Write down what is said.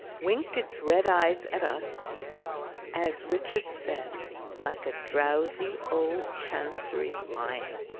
winked its red eyes at us as richard said like a drowsy old chancery lion.